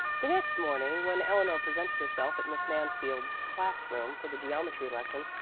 the next morning when eleanor presented herself at miss mansfield's class-room for the geometry lesson,